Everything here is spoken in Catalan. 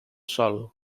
sol